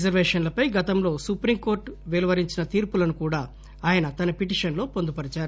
రిజర్వేషన్లపై గతంలో సుప్రీంకోర్టు వెలువరించిన తీర్పులను కూడా ఆయన తన పిటిషన్ లో పొందుపరిచారు